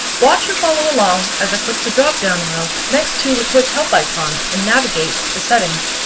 watch or follow along as i click the dropdown arrow next to the quick help icon and navigate to settings.